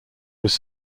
was